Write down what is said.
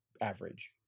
average